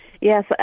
Yes